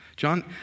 John